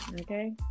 Okay